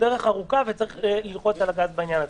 דרך ארוכה וצריך ללחוץ על הגז בעניין הזה.